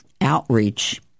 outreach